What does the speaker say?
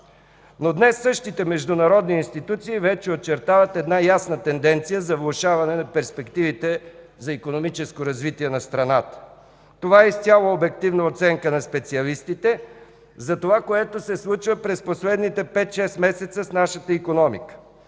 Но днес същите международни институции вече очертават една ясна тенденция за влошаване на перспективите за икономическото развитие на страната. Това е изцяло обективната оценка на специалистите за това, което се случва през последните 5-6 месеца с нашата икономика.